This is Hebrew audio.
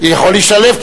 בהחלט יכול להשתלב,